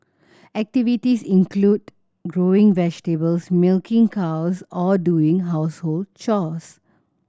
activities include growing vegetables milking cows or doing household chores